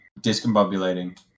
discombobulating